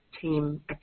team